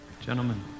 Gentlemen